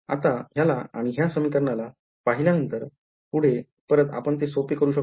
आता ह्याला आणि ह्या समीकरणाला पाहिल्या नंतर पुढे परत आपण ते सोपे करु शक्तो का